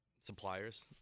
suppliers